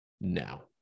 now